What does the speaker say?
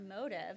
motive